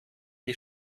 die